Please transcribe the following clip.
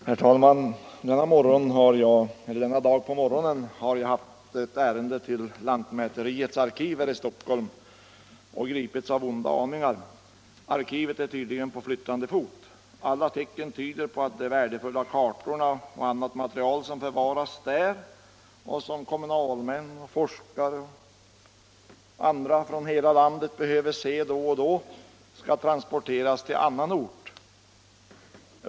Herr talman! Denna dag på morgonen har jag haft ett ärende till lantmäteriets arkiv här i Stockholm och gripits av onda aningar. Arkivet är tydligen på flyttande fot. Alla tecken tyder på att de värdefulla kartorna och annat material som förvaras där och som kommunalmän, forskare och andra från hela landet behöver se då och då skall transporteras till annan ort.